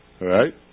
right